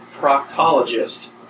proctologist